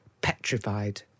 petrified